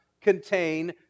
contain